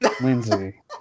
Lindsay